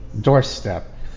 doorstep